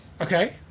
Okay